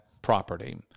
property